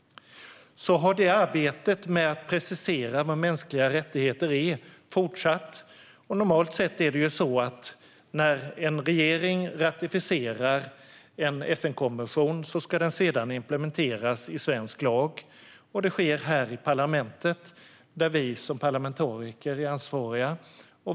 Arbetet med att precisera vad mänskliga rättigheter är har fortsatt. Normalt sett är det så att när en regering ratificerar en FN-konvention ska den därefter implementeras i svensk lag. Detta sker här i parlamentet, där vi som parlamentariker är ansvariga.